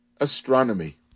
astronomy